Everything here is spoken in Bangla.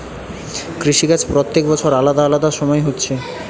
কৃষি কাজ প্রত্যেক বছর আলাদা আলাদা সময় হচ্ছে